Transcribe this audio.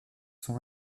sont